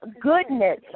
goodness